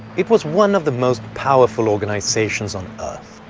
it was one of the most powerful organizations on earth.